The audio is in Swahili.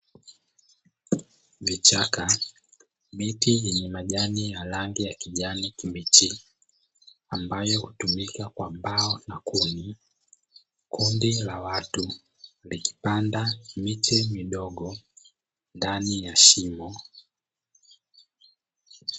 Vichaka, miti yenye majani ya rangi ya kijani kibichi ambayo hutumika kwa mbao na kuni, kundi la watu likipanda miche midogo ndani ya shimo.